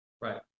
Right